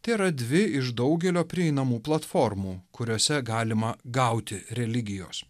tai yra dvi iš daugelio prieinamų platformų kuriose galima gauti religijos